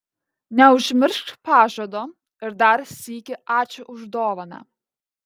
neužmiršk pažado ir dar sykį ačiū už dovaną